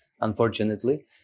unfortunately